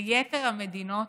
ליתר המדינות